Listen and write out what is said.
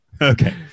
Okay